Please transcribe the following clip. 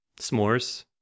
S'mores